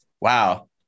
wow